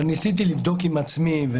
אבל ניסיתי לבדוק עם עצמי,